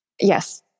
Yes